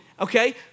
okay